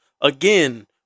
Again